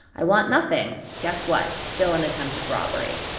i want nothing. guess what? still an attempted robbery.